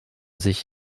sich